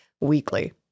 weekly